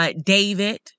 David